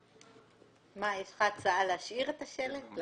יש לך הצעה להשאיר את השלט?